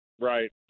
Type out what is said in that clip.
Right